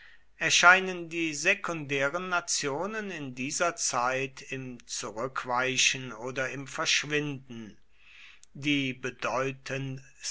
erscheinen die sekundären nationen in dieser zeit im zurückweichen oder im verschwinden die